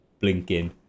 blinking